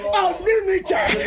unlimited